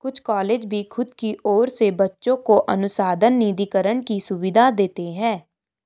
कुछ कॉलेज भी खुद की ओर से बच्चों को अनुसंधान निधिकरण की सुविधाएं देते हैं